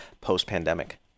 post-pandemic